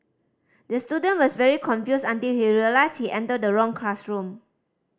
the student was very confused until he realised he entered the wrong classroom